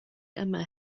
yma